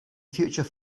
future